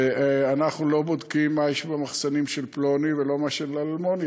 ואנחנו לא בודקים מה יש במחסנים של פלוני ושל אלמוני.